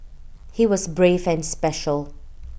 he was brave and special